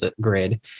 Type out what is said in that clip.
grid